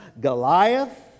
Goliath